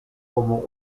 como